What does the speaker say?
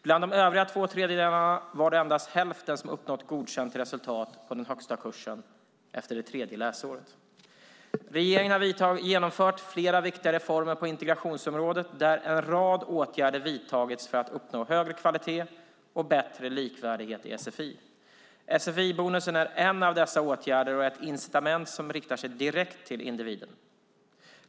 Bland de övriga två tredjedelarna var det endast hälften som uppnått godkänt resultat på den högsta kursen efter det tredje läsåret. Regeringen har genomfört flera viktiga reformer på integrationsområdet där en rad åtgärder vidtagits för att uppnå högre kvalitet och bättre likvärdighet i sfi. Sfi-bonusen är en av dessa åtgärder och är ett incitament som riktar sig direkt till individen.